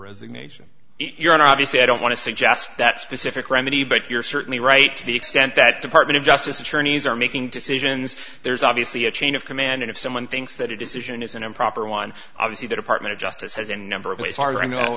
resignation you're in obviously i don't want to suggest that specific remedy but you're certainly right to the extent that department of justice attorneys are making decisions there's obviously a chain of command and if someone thinks that it decision is an improper one obviously the department of justice has a number of ways are i know